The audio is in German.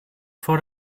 vor